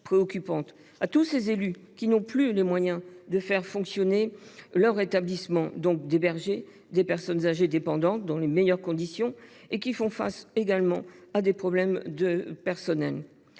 nous à tous ces élus qui n’ont plus les moyens de faire fonctionner leur établissement, donc d’héberger des personnes âgées dépendantes dans les meilleures conditions, et qui font face de surcroît à des problèmes de personnel